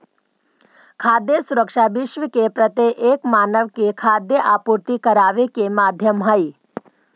खाद्य सुरक्षा विश्व के प्रत्येक मानव के खाद्य आपूर्ति कराबे के माध्यम हई